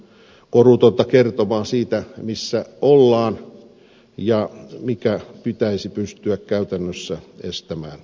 tässä on korutonta kertomaa siitä missä ollaan ja mikä pitäisi pystyä käytännössä estämään